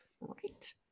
Right